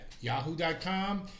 Yahoo.com